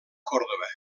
còrdova